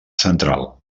central